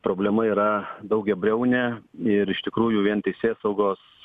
problema yra daugiabriaunė ir iš tikrųjų vien teisėsaugos